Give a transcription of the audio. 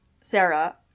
Sarah